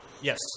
Yes